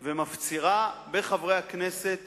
פונה אלינו ומפצירה בחברי הכנסת